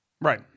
Right